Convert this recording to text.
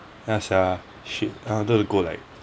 ya sia shit I wanted to go like